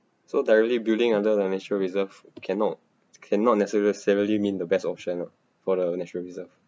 so directly building under the nature reserve cannot cannot necessarily mean the best option lah for the nature reserve